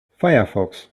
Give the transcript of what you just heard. firefox